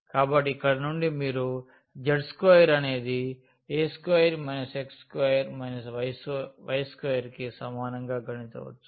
కాబట్టి ఇక్కడ నుండి మీరు z2 అనేది a2 x2 y2 కి సమానంగా గణించవచ్చు